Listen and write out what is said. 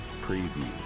preview